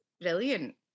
brilliant